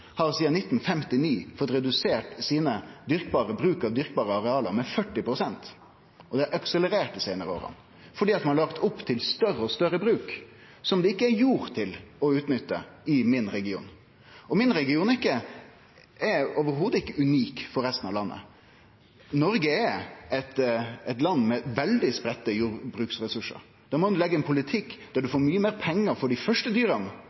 dyrkbare arealet med 40 pst. Det har akselerert dei seinare åra, fordi ein har lagt opp til større og større bruk, som det ikkje er jord til å utnytte i min region. Min region er ikkje i det heile unik i forhold til resten av landet. Noreg er eit land med veldig spreidde jordbruksresursar. Da må ein leggje ein politikk der ein får mykje meir pengar for dei første